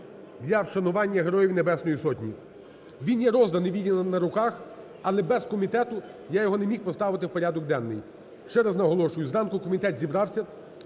для вшанування Героїв Небесної Сотні. Він є розданий, він є на руках, але без комітету я його не міг поставити в порядок денний. Ще раз наголошую, зранку комітет зібрався,